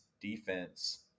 defense